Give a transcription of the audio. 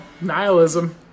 nihilism